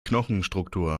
knochenstruktur